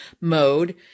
mode